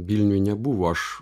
vilniuj nebuvo aš